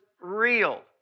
real